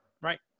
right